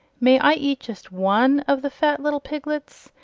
may i eat just one of the fat little piglets?